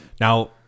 now